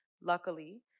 Luckily